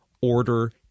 order